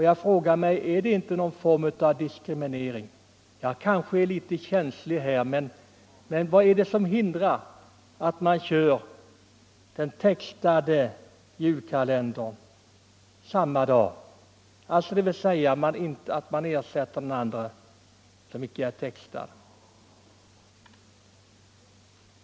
Jag frågar mig om det inte är en form av diskriminering. Jag kanske är litet känslig. Men vad är det som hindrar att man sänder Julkalendern textad. Och man kan sedan sända den textad i repris.